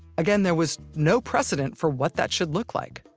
again, there was no precedent for what that should look like.